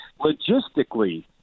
logistically